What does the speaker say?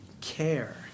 care